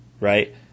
right